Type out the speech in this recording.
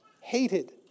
hated